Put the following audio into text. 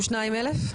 32,000?